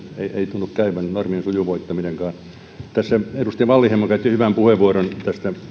tunnu käyvän normien sujuvoittaminenkaan tässä edustaja wallinheimo käytti hyvän puheenvuoron tästä